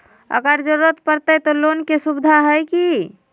अगर जरूरत परते तो लोन के सुविधा है की?